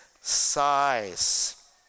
size